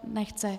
Nechce.